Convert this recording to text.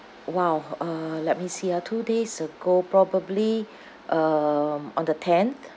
!wow! uh let me see ah two days ago probably um on the tenth